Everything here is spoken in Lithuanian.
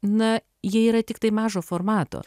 na jie yra tiktai mažo formato